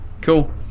Cool